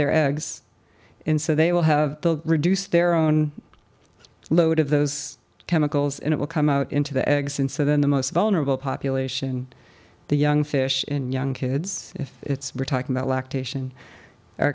their eggs in so they will have the reduced their own load of those chemicals and it will come out into the eggs and so then the most vulnerable population the young fish in young kids if it's we're talking about